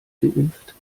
geimpft